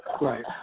Right